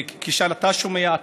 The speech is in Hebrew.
וכשאתה שומע,